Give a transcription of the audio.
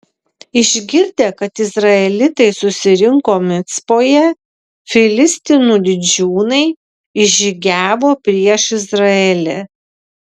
išgirdę kad izraelitai susirinko micpoje filistinų didžiūnai išžygiavo prieš izraelį